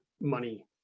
money